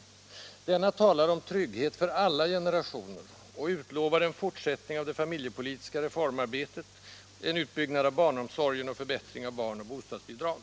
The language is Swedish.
— lingen Denna talar om trygghet för alla generationer och utlovar en fortsättning av det familjepolitiska reformarbetet, en utbyggnad av barnomsorgen och en förbättring av barn och bostadsbidragen.